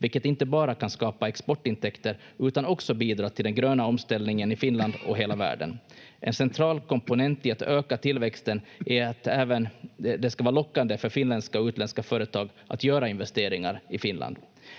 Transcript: vilket inte bara kan skapa exportintäkter utan också bidra till den gröna omställningen i Finland och hela världen. En central komponent i att öka tillväxten är även att det ska vara lockande för finländska och utländska företag att göra investeringar i Finland.